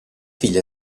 figlia